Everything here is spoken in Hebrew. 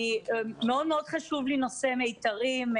מאוד חשוב לי נושא "מיתרים".